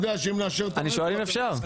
אני שואל אם אפשר.